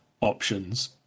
options